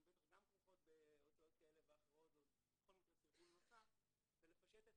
בטח גם כרוכות בהוצאות כאלה ואחרות והן בכל מקרה --- ולפשט את